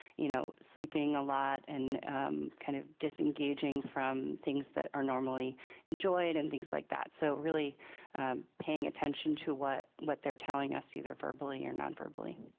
you know sleeping a lot and and kind of disengaging from things that are normally enjoyed and things like that so really paying attention to what what they're telling us either verbally or nonverbally.